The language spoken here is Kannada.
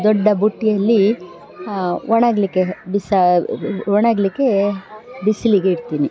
ದೊಡ್ಡ ಬುಟ್ಟಿಯಲ್ಲಿ ಒಣಗಲಿಕ್ಕೆ ಬಿಸಿ ಒಣಗಲಿಕ್ಕೆ ಬಿಸಿಲಿಗೆ ಇಡ್ತೀನಿ